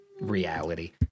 reality